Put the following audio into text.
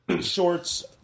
shorts